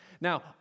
Now